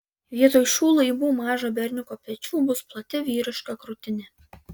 vietoj šių laibų mažo berniuko pečių bus plati vyriška krūtinė